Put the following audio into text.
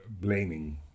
blaming